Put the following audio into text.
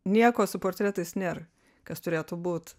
nieko su portretais nėr kas turėtų būt